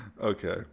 Okay